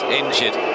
injured